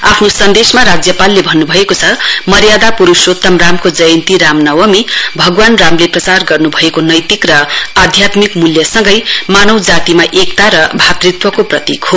आफ्ने सन्देशमा राज्यपालले भन्न् भएको छ मर्यादा प्रूषोतम रामको जयन्ती रामनवमी भगवान रामले जयन्ती प्रचार गर्न् भएको नैतिक र आध्यात्मिक मुल्यसँगै मानव जातिमा एकता र भातृत्वको प्रतीक हो